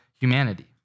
humanity